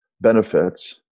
benefits